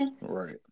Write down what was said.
right